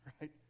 Right